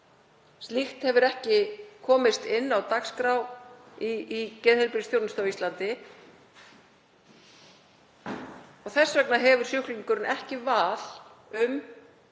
Slíkt hefur ekki komist á dagskrá í geðheilbrigðisþjónustu á Íslandi. Þess vegna hefur sjúklingur ekki val um